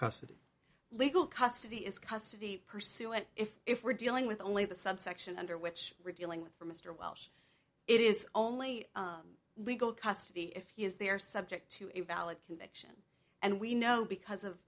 custody legal custody is custody pursue it if if we're dealing with only the subsection under which we're dealing with for mr welch it is only legal custody if he is they are subject to a valid conviction and we know because of